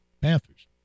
Panthers